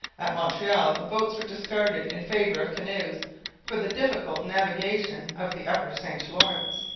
at montreal the boats were discarded in favour of canoes for the difficult navigation of the upper st lawrence.